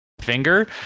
finger